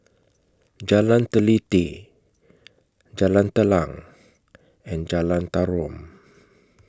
Jalan Teliti Jalan Telang and Jalan Tarum